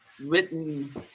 written